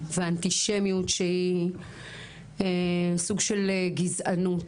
ואנטישמיות שהיא סוג של גזענות,